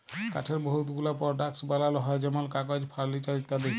কাঠের বহুত গুলা পরডাক্টস বালাল হ্যয় যেমল কাগজ, ফারলিচার ইত্যাদি